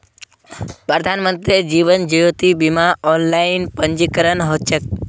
प्रधानमंत्री जीवन ज्योति बीमार ऑनलाइन पंजीकरण ह छेक